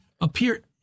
appear